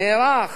נערך